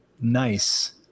nice